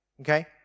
okay